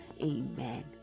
Amen